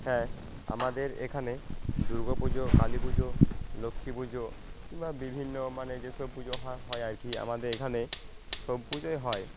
হ্যাঁ আমাদের এখানে দুর্গা পুজো কালী পুজো লক্ষ্মী পুজো কিংবা বিভিন্ন মানে যেসব পুজো হয় আর কি আমাদের এখানে সব পুজোই হয়